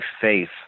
faith